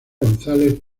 gonzález